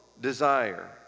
desire